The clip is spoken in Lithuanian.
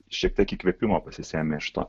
šiek tiek įkvėpimo pasisėmė iš to